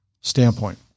standpoint